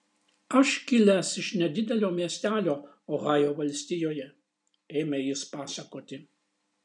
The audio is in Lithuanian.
aš kilęs iš nedidelio miestelio ohajo valstijoje ėmė jis pasakoti